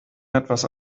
etwas